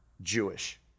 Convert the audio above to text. Jewish